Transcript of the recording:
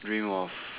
dream of